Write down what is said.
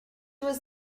was